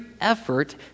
effort